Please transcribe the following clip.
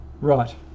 Right